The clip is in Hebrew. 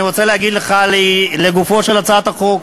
אבל אני רוצה להגיד לך, לגופה של הצעת החוק: